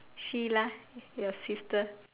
she lah your sister